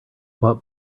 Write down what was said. what